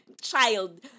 child